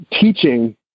teaching